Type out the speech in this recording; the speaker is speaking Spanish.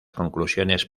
conclusiones